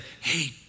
Hey